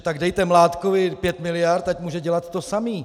Tak dejte Mládkovi pět miliard, ať může dělat to samé.